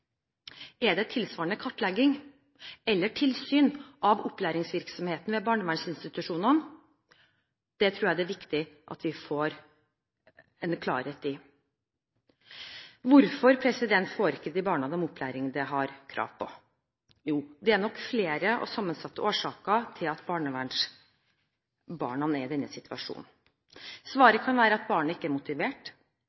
Er det tilsvarende kartlegging av eller tilsyn med opplæringsvirksomheten ved barnevernsinstitusjonene? Det tror jeg det er viktig at vi får klarhet i. Hvorfor får ikke disse barna den opplæringen de har krav på? Det er nok flere og sammensatte årsaker til at barnevernsbarn er i denne situasjonen.